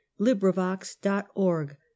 LibriVox.org